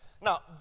Now